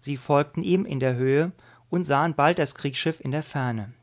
sie folgten ihm in der höhe und sahen bald das kriegsschiff in der ferne